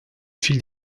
fil